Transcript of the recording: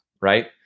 right